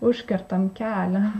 užkertam kelią